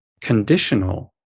conditional